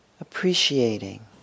appreciating